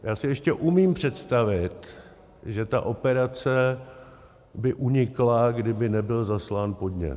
Já si ještě umím představit, že ta operace by unikla, kdyby nebyl zaslán podnět.